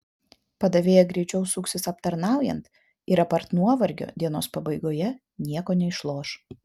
padavėja greičiau suksis aptarnaujant ir apart nuovargio dienos pabaigoje nieko neišloš